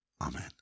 Amen